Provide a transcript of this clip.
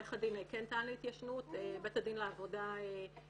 עורך הדין כן טען להתיישנות ובית הדין לעבודה דחה